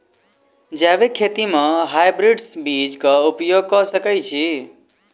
जैविक खेती म हायब्रिडस बीज कऽ उपयोग कऽ सकैय छी?